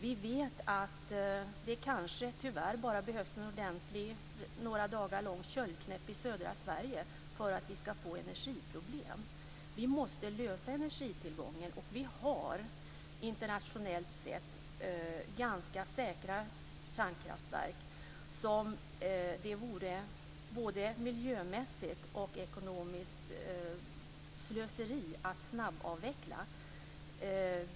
Vi vet att det kanske tyvärr bara behövs en några dagar lång köldknäpp i södra Sverige för att vi ska få energiproblem. Vi måste lösa frågan om energitillgången. Och vi har internationellt sett ganska säkra kärnkraftverk som det vore både ett miljömässigt och ett ekonomiskt slöseri att snabbavveckla.